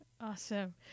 awesome